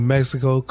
Mexico